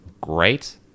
great